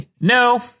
No